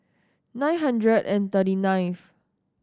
nine hundred and thirty ninth